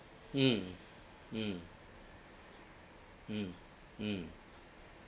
mm mm mm mm